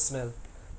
mmhmm